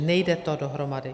Nejde to dohromady.